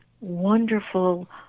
wonderful